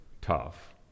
tough